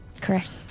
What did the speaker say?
Correct